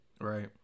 right